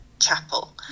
chapel